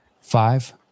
Five